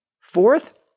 Fourth